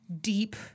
deep